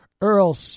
Earl